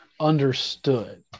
Understood